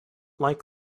like